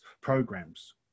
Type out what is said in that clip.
programs